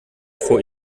vor